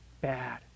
bad